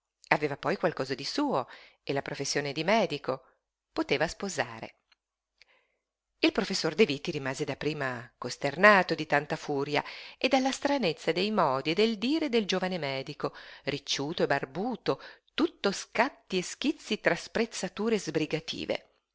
aveva poi qualcosa di suo e la professione di medico poteva sposare il professor de vitti rimase dapprima costernato di tanta furia e della stranezza dei modi e del dire del giovine medico ricciuto e barbuto tutto scatti e schizzi tra sprezzature sbrigative